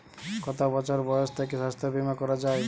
কত বছর বয়স থেকে স্বাস্থ্যবীমা করা য়ায়?